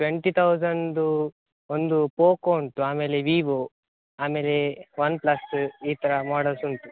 twenty ತೌಸಂಡ್ದು ಒಂದು Poco ಉಂಟು ಆಮೇಲೆ ವಿವೊ ಆಮೇಲೆ ಒನ್ ಪ್ಲಸ್ ಈ ಥರ ಮಾಡಲ್ಸ್ ಉಂಟು